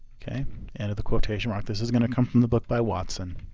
end of the quotation mark. this is gonna come from the book by watson.